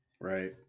right